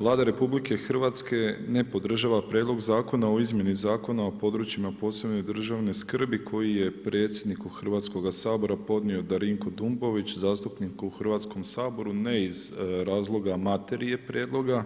Vlada RH ne podržava prijedlog zakona o izmjeni Zakon o područjima posebne državne skrbi koji je predsjedniku Hrvatskog sabora podnio Darinko Dumbović, zastupnik u Hrvatskom saboru ne iz razloga materije prijedloga,